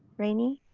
rainy?